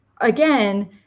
again